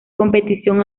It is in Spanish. competición